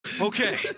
Okay